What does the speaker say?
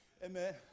Amen